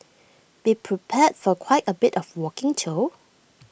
be prepared for quite A bit of walking though